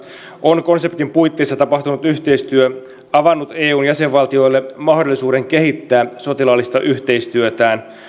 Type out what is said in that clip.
on konseptin puitteissa tapahtunut yhteistyö avannut eun jäsenvaltioille mahdollisuuden kehittää sotilaallista yhteistyötään